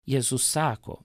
jėzus sako